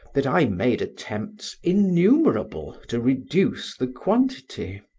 that i made attempts innumerable to reduce the quantity.